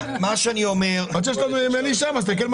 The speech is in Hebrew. יש רק דבר